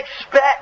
expect